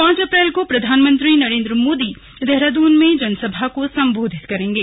पांच अप्रैल को प्रधानमंत्री नरेंद्र मोदी देहरादून में जनसभा को संबोधित करेंगे